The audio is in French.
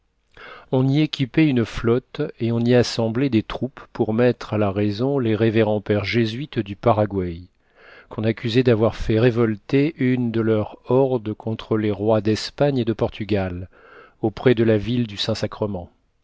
on y équipait une flotte et on y assemblait des troupes pour mettre à la raison les révérends pères jésuites du paraguai qu'on accusait d'avoir fait révolter une de leurs hordes contre les rois d'espagne et de portugal auprès de la ville du saint-sacrement